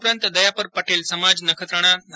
સાથે દયાપર પટેલ સમાજ નખત્રાણા ના